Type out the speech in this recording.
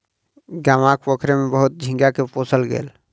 गामक पोखैर में बहुत झींगा के पोसल गेल